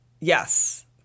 Yes